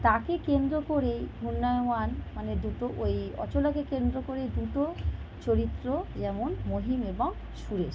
তাকে কেন্দ্র করেই ঘূর্ণায়মান মানে দুটো ওই অচলাকে কেন্দ্র করে দুটো চরিত্র যেমন মহিম এবং সুরেশ